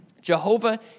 Jehovah